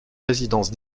résidence